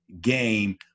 game